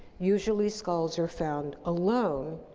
usually, skulls are found alone,